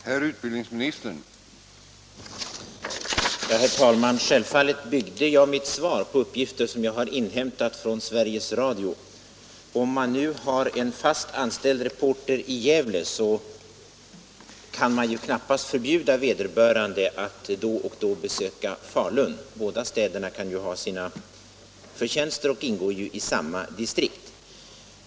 Herr talman! Självfallet byggde jag mitt svar på uppgifter som jag har inhämtat från Sveriges Radio. Men man kan ju knappast förbjuda en fast anställd reporter i Gävle att då och då besöka Falun. Båda städerna kan ha sina förtjänster och ingår i samma distrikt.